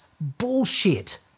bullshit